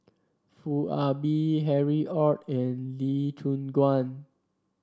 Foo Ah Bee Harry Ord and Lee Choon Guan